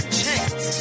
chance